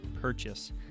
purchase